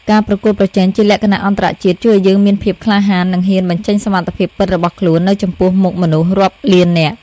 ការប្រកួតប្រជែងជាលក្ខណៈអន្តរជាតិជួយឱ្យយើងមានភាពក្លាហាននិងហ៊ានបញ្ចេញសមត្ថភាពពិតរបស់ខ្លួននៅចំពោះមុខមនុស្សរាប់លាននាក់។